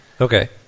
Okay